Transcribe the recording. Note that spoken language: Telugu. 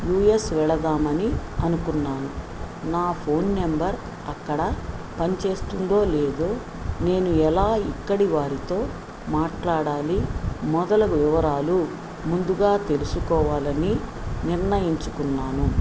యూఎస్ వెళదాం అని అనుకున్నాను నా ఫోన్ నెంబర్ అక్కడ పని చేస్తుందో లేదో నేను ఎలా ఇక్కడి వారితో మాట్లాడాలి మొదలగు వివరాలు ముందుగా తెలుసుకోవాలని నిర్ణయించుకున్నాను